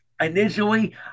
initially